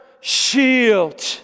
shield